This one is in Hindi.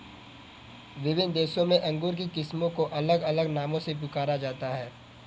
विभिन्न देशों में अंगूर की किस्मों को अलग अलग नामों से पुकारा जाता है